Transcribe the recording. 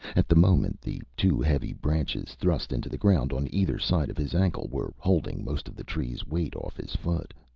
at the moment, the two heavy branches, thrust into the ground on either side of his ankle, were holding most of the tree's weight off his foot.